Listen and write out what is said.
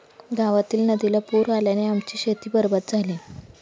गावातील नदीला पूर आल्याने आमची शेती बरबाद झाली